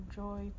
joy